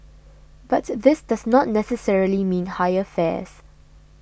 but this does not necessarily mean higher fares